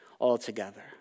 altogether